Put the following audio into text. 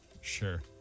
Sure